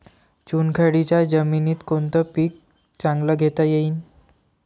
चुनखडीच्या जमीनीत कोनतं पीक चांगलं घेता येईन?